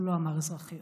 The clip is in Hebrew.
הוא לא אמר "אזרחיות",